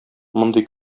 мондый